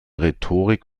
rhetorik